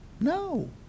No